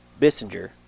Bissinger